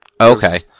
Okay